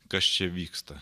kas čia vyksta